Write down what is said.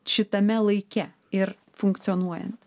šitame laike ir funkcionuojant